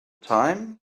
time